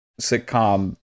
sitcom